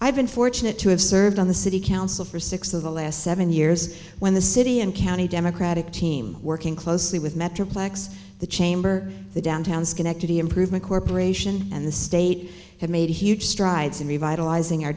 i've been fortunate to have served on the city council for six of the last seven years when the city and county democratic team working closely with metroplex the chamber the downtown schenectady improvement corporation and the state have made huge strides in revitalizing our